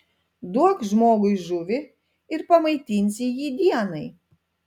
duok žmogui žuvį ir pamaitinsi jį dienai